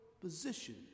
position